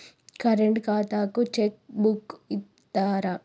Current ఖాతాకు cheque book ఇత్తరా?